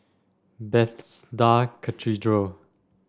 Bethesda Cathedral